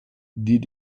die